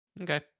Okay